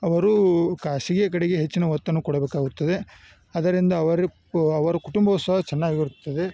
ಅವರು ಖಾಸ್ಗಿಯ ಕಡೆಗೆ ಹೆಚ್ಚಿನ ಒತ್ತನ್ನು ಕೊಡಬೇಕಾಗುತ್ತದೆ ಅದರಿಂದ ಅವರ ಅವರು ಕುಟುಂಬವು ಸಹ ಚೆನ್ನಾಗಿರುತ್ತದೆ